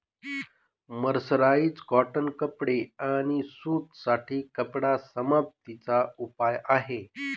mercerise cotton कपडे आणि सूत साठी कपडा समाप्ती चा उपाय आहे